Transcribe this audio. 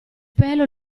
pelo